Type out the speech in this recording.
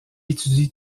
étudie